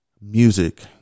music